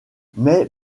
mais